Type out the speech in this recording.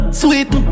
sweet